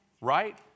right